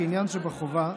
כעניין שבחובה,